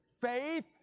faith